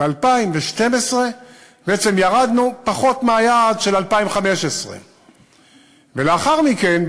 ב-2012 בעצם ירדנו פחות מהיעד של 2015. ולאחר מכן,